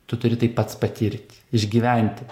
tu turi tai pats patirti išgyventi